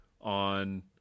on